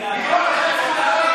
אדירים,